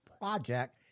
Project